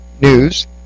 news